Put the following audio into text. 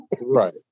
Right